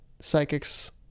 psychics